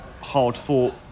hard-fought